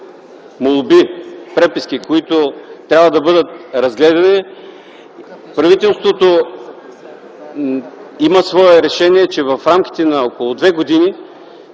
молби, преписки, които трябва да бъдат разгледани, правителството има свое решение – за около две години